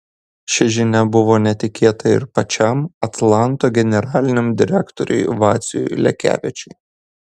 ši žinia buvo netikėta ir pačiam atlanto generaliniam direktoriui vaciui lekevičiui